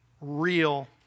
real